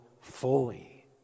fully